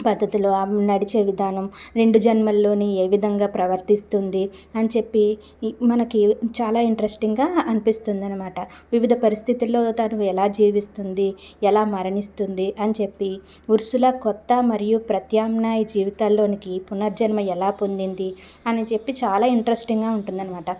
పద్ధతులు ఆమె నడిచే విధానం రెండు జన్మల్లోని ఏ విధంగా ప్రవర్తిస్తుంది అని చెప్పి మనకి చాలా ఇంట్రెస్టింగ్గా అనిపిస్తుంది అనమాట వివిధ పరిస్థితుల్లో తను ఎలా జీవిస్తుంది ఎలా మరణిస్తుంది అని చెప్పి ఉర్సుల కొత్త మరియు ప్రత్యామ్నాయ జీవితాల్లోనికి పునర్జన్మ ఎలా పొందింది అని చెప్పి చాలా ఇంట్రెస్టింగ్గా ఉంటుందనమాట